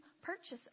purchase